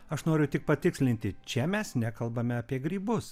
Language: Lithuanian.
aš noriu tik patikslinti čia mes nekalbame apie grybus